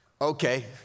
okay